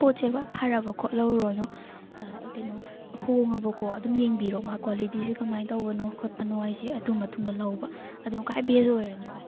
ꯄꯣꯠꯁꯤꯕꯨ ꯍꯦꯛ ꯐꯔꯕꯀꯣ ꯂꯩꯔꯣꯔꯅꯨ ꯀꯩꯅꯣ ꯍꯣꯡꯉꯕꯀꯣ ꯑꯗꯨꯝ ꯌꯦꯡꯕꯤꯔꯣ ꯃꯥ ꯀ꯭ꯋꯥꯂꯤꯇꯤꯁꯤ ꯀꯃꯥꯏ ꯇꯧꯕꯅꯣ ꯈꯣꯠꯄꯅꯣ ꯍꯥꯏꯁꯦ ꯑꯗꯨ ꯃꯇꯨꯡꯗ ꯂꯧꯕ ꯑꯗꯨꯅ ꯈ꯭ꯋꯥꯏ ꯕꯦꯁ ꯑꯣꯏꯔꯅꯤ ꯚꯥꯏ